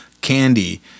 candy